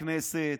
בכנסת,